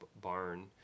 barn